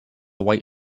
white